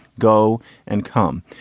go and come.